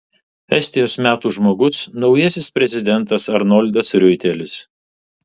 estijos metų žmogus naujasis prezidentas arnoldas riuitelis